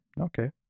okay